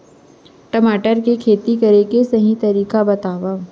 टमाटर की खेती करे के सही तरीका बतावा?